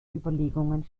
überlegungen